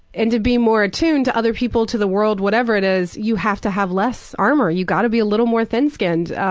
and to be more attuned to other people, to the world, whatever it is, you have to have less armor, you gotta be a little more thin-skinned.